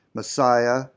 Messiah